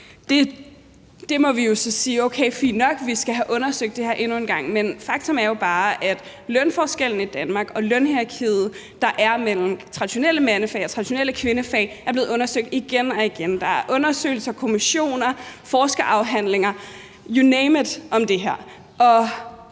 Så må vi jo sige: Okay, fint nok, vi skal have undersøgt det her endnu en gang. Men faktum er jo bare, at lønforskellene i Danmark mellem traditionelle mandefag og traditionelle kvindefag og det lønhierarki, der er, er blevet undersøgt igen og igen. Der er undersøgelser, kommissioner, forskerafhandlinger – you name it – om det her. Nu